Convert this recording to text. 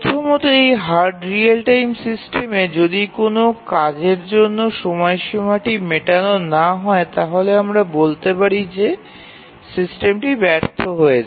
প্রথমত একটি hard real time সিস্টেমে যদি কোনও কাজের জন্য সময়সীমাটি মেটানো না হয় তাহলে আমরা বলতে পারি যে সিস্টেমটি ব্যর্থ হয়েছে